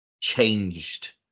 changed